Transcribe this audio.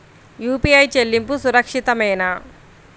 UPI చెల్లింపు సురక్షితమేనా?